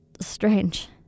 Strange